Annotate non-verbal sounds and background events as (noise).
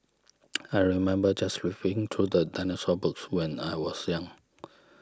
(noise) I remember just re flipping through dinosaur books when I was young